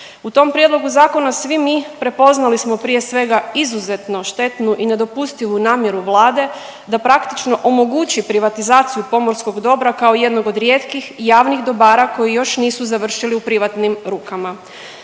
U tom prijedlogu zakona svi mi prepoznali smo prije svega izuzetno štetnu i nedopustivu namjeru Vlade da praktično omogući privatizaciju pomorskog dobra kao jednog od rijetkih i javnih dobara koji još nisu završili u privatnim rukama.